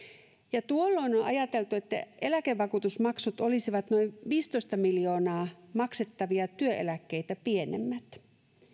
tuolloin on ajateltu että eläkevakuutusmaksut olisivat noin viisitoista miljoonaa maksettavia työeläkkeitä pienemmät